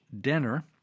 dinner